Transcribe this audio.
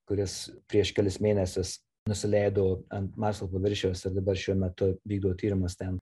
kuris prieš kelis mėnesius nusileido ant marso paviršiaus ir dabar šiuo metu vykdo tyrimus ten